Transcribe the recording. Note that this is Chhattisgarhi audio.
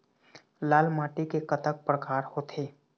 लाल माटी के कतक परकार होथे?